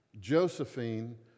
Josephine